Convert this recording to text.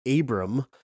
Abram